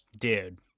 Dude